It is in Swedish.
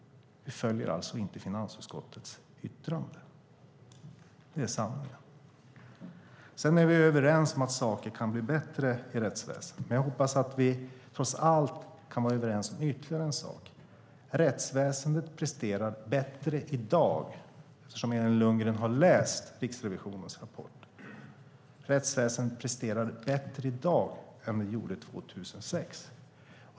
Vi följer alltså inte finansutskottets yttrande. Det är sanningen. Vi är överens om att saker kan bli bättre i rättsväsendet. Men jag hoppas att vi trots allt kan vara överens om ytterligare en sak. Elin Lundgren har läst Riksrevisionens rapport. Rättsväsendet presterar bättre i dag än det gjorde 2006.